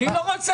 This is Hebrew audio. אני לא רוצה.